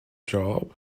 job